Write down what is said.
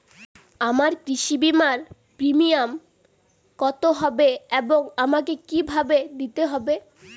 আমার কৃষি বিমার প্রিমিয়াম কত হবে এবং আমাকে কি ভাবে দিতে হবে?